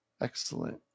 Excellent